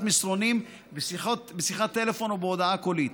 מסרונים בשיחת טלפון או בהודעה קולית.